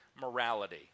morality